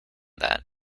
that